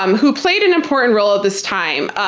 um who played an important role at this time.